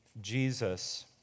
Jesus